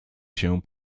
się